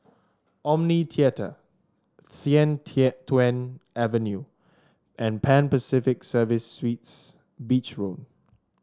Omni Theatre Sian Tuan Avenue and Pan Pacific Service Suites Beach Road